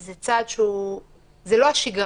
זה צעד שהוא לא השגרה.